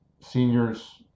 seniors